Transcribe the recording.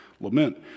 lament